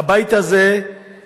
הבית הזה והקואליציה,